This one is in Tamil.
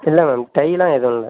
இல்லை மேம் டைலாம் எதுவும் இல்லை